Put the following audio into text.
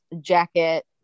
jacket